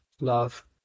Love